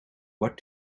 what